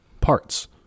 parts